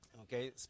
Okay